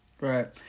Right